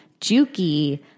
Juki